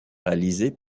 réalisée